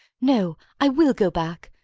no! i will go back,